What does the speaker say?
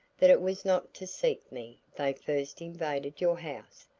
that it was not to seek me they first invaded your house.